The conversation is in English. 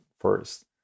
First